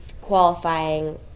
qualifying